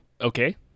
Okay